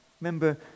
Remember